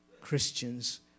Christians